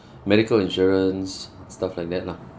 medical insurance stuff like that lah